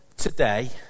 today